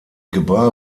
gebar